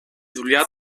δουλειά